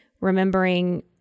remembering